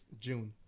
June